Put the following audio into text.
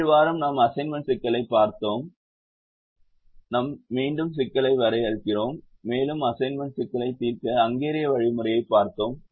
ஏழு வாரம் நாம் அசைன்மென்ட் சிக்கலைப் பார்த்தோம் நாம் மீண்டும் சிக்கலை வரையறுக்கிறோம் மேலும் அசைன்மென்ட் சிக்கலைத் தீர்க்க ஹங்கேரிய வழிமுறையைப் பார்த்தோம்